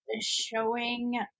showing